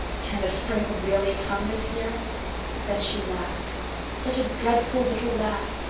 can the spring really come this year then she laughed such a dreadful little laugh,